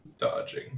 dodging